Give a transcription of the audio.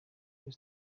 kuri